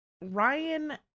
ryan